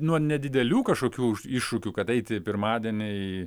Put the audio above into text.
nuo nedidelių kažkokių iššūkių kad eiti pirmadienį